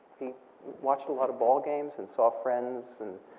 he watched a lot of ball games and saw friends and